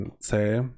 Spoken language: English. Say